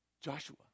Joshua